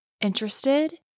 interested